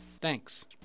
Thanks